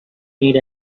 need